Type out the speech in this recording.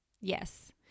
Yes